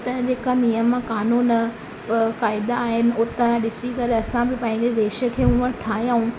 उतां जा जेका नियम क़ानून अ क़ायदा आहिनि उतां जा ॾिसी करे असां बि पंहिंजे देश खे उहो ठाहियूं